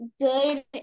good